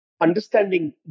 understanding